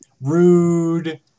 Rude